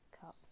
cups